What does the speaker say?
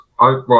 right